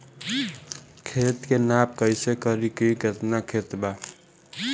खेत के नाप कइसे करी की केतना खेत बा?